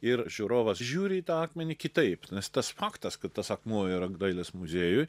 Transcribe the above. ir žiūrovas žiūri į tą akmenį kitaip nes tas faktas kad tas akmuo yra dailės muziejuj